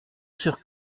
sur